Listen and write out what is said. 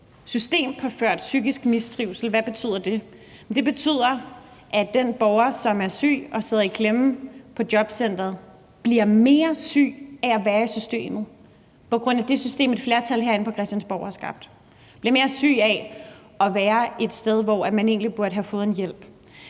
Systempåført psykisk mistrivsel – hvad betyder det? Det betyder, at den borger, som er syg og sidder i klemme på jobcenteret, bliver mere syg af at være i systemet på grund af det system, et flertal herinde på Christiansborg har skabt, bliver mere syg af at være et sted, hvor man egentlig burde have fået en hjælp.